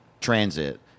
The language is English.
transit